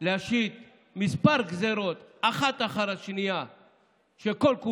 ולהשית כמה גזרות אחת אחר השנייה שכל-כולן